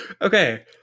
Okay